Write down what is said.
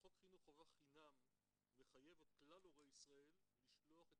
חוק חינוך חובה חינם מחייב את כלל הורי ישראל לשלוח את